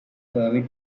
permit